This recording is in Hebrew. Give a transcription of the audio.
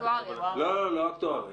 לא, לא אקטוארי.